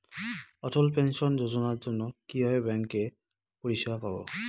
অটল pension যোজনার জন্য কিভাবে ব্যাঙ্কে পরিষেবা পাবো?